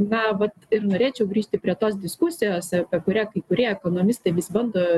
na vat ir norėčiau grįžti prie tos diskusijos apie kurią kai kurie ekonomistai vis bando